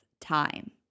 time